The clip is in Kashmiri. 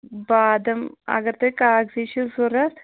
بادام اگر تۄہہِ کاغذی چھِو ضروٗرت